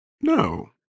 no